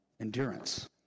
endurance